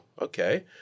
okay